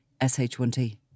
SH1T